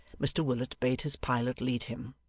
mr willet bade his pilot lead him.